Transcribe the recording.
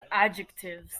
adjectives